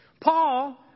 Paul